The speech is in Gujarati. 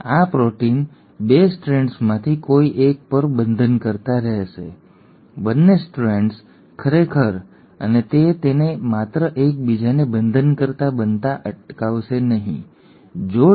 આ પ્રોટીન 2 સ્ટ્રેન્ડ્સમાંથી કોઈ એક પર બંધનકર્તા રહેશે બંને સ્ટ્રેન્ડ્સ ખરેખર અને તે તેને માત્ર એકબીજાને બંધનકર્તા બનતા અટકાવશે નહીં જો ડી